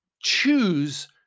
choose